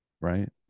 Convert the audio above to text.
right